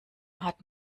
hat